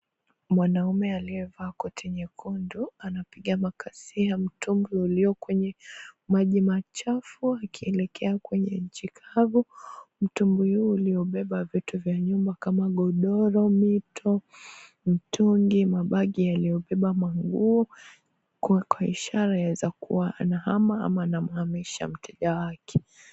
Mwanaume aliyevaa koti nyekundu anapiga makasi ya mtubwi uliokwenye maji machafu akielekea kwenye inchi kavu. Mtubwi huu uliobeba vitu vya nyumba kama godoro, mito, mitungi mabegi yaliobeba manguo kwa ishara yaezakua anahama ana anamhamisha mteja wake.